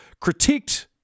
critiqued